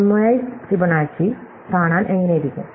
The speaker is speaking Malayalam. മെമോയൈസ്ട് ഫിബൊനാച്ചി കാണാൻ എങ്ങനെയിരിക്കും